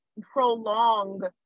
prolong